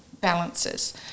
balances